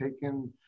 taken